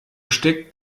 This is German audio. steckt